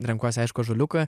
renkuosi aišku ąžuoliuką